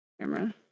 camera